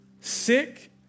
sick